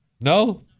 No